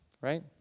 right